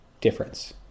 difference